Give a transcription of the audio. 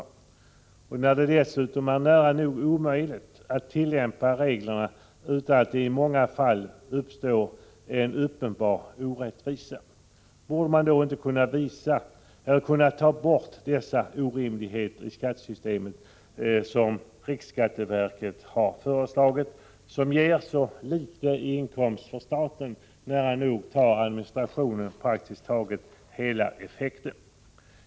1985/86:72 när det dessutom är nära nog omöjligt att tillämpa reglerna utan att det i 6 februari 1986 många fall uppstår uppenbar orättvisa, borde man då inte kunna ta bort dessa orimligheter i skattesystemet, vilket också riksskatteverket har föreslagit? Räntetilläggen ger så litet i inkomst för staten — administrationen tar nära nog hela effekten.